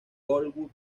bollywood